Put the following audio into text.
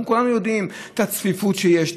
כולנו יודעים על הצפיפות שיש,